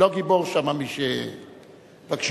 לא גיבור שם מי ש, בבקשה.